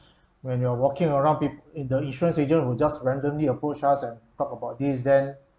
when you're walking around peop~ the insurance agent will just randomly approach us and talk about this then